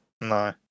No